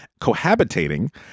cohabitating